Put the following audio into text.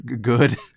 good